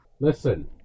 Listen